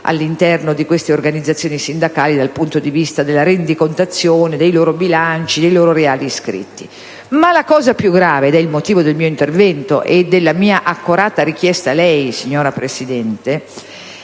all'interno di queste organizzazioni sindacali dal punto di vista della rendicontazione, dei loro bilanci e dei loro reali iscritti. Ma la cosa più grave - ed è il motivo del mio intervento e della mia accorata richiesta a lei, signora Presidente